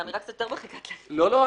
לא, לא.